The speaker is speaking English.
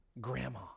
grandma